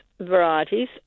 varieties